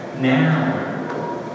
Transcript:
now